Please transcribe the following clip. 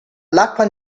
l’acqua